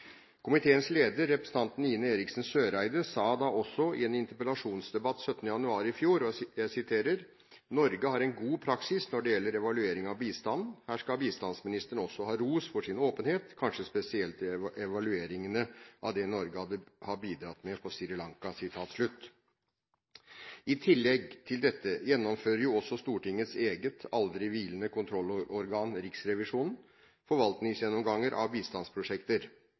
Komiteens leder, representanten Ine M. Eriksen Søreide, sa da også i en interpellasjonsdebatt 17. januar i fjor: «Norge har en god praksis når det gjelder evaluering av bistand. Her skal bistandsministeren også ha ros for sin åpenhet, kanskje spesielt i evalueringene av det Norge hadde av bidrag på Sri Lanka.» I tillegg til dette gjennomfører jo også Stortingets eget – aldri hvilende – kontrollorgan, Riksrevisjonen, forvaltningsgjennomganger av bistandsprosjekter.